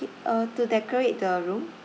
uh to decorate the room